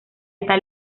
esta